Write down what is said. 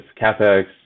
CAPEX